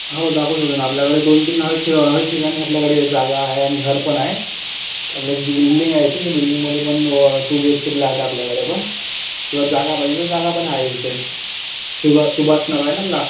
हो दाखवू शकतो ना आपल्याकडे दोन तीन आहेत आहेत ठिकाणी आपल्याकडे जागा आहे आणि घर पण आहे आपलं एक बिल्डिंग आहे इथे त्या बिल्डिंगमधे पण two B H K flat आहे आपल्याकडे पण किंवा जागा पाहिजेन तर जागा पण आहे इथेच सुब सुभाष नग आहे न इथला